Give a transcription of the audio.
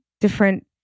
different